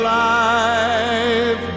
life